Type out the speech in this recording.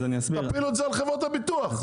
תפילו את זה על חברות הביטוח.